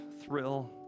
thrill